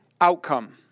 outcome